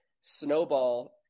snowball